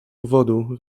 powodu